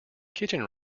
kitchen